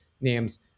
names